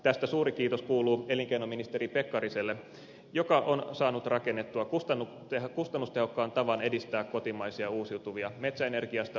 tästä suuri kiitos kuuluu elinkeinoministeri pekkariselle joka on saanut rakennettua kustannustehokkaan tavan edistää kotimaisia uusiutuvia metsäenergiasta biokaasuun ja tuulivoimaan